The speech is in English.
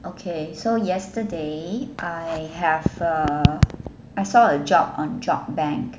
okay so yesterday I have a I saw a job on job bank